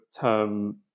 term